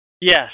Yes